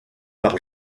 par